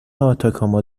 آتاکاما